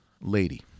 Lady